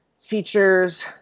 features